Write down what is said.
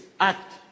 Act